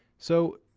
so,